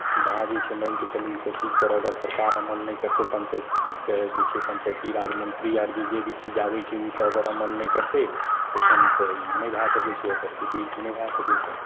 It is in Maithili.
सीधा जे छै मानिके चलू ईसब चीजपर अगर सरकार अमल नहि करतै पञ्चाइतके जे छै पञ्चाइती राज मन्त्री आओर कि जे भी चीज आबै छै ओसब अगर अमल नहि करतै तऽ फेर तऽ ई नहि भए सकै छै एकर सुदृढ़ नहि भए सकै छै